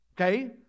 Okay